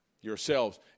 yourselves